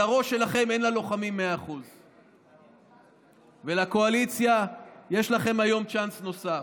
על הראש שלכם אין ללוחמים 100%. ולקואליציה: יש לכם היום צ'אנס נוסף.